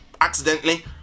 accidentally